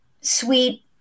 sweet